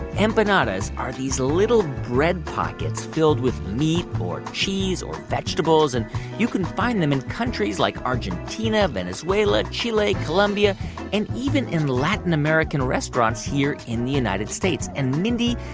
empanadas are these little bread pockets filled with meat or cheese or vegetables. and you can find them in countries like argentina, venezuela, chile, colombia and even in latin american restaurants here in the united states. and, mindy,